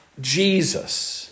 Jesus